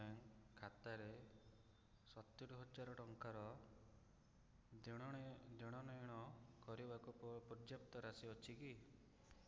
ମୋତେ ମଧ୍ୟାଞ୍ଚଳ ଗ୍ରାମୀଣ ବ୍ୟାଙ୍କ୍ ଖାତାରେ ସତୁରି ହଜାର ଟଙ୍କାର ଦେଣନେଣ କରିବାକୁ ପର୍ଯ୍ୟାପ୍ତ ରାଶି ଅଛି କି